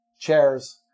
Chairs